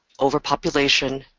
overpopulation,